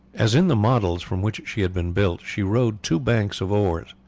as in the models from which she had been built, she rowed two banks of oars,